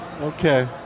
Okay